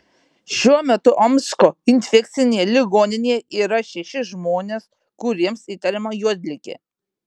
šiuo metu omsko infekcinėje ligoninėje yra šeši žmonės kuriems įtariama juodligė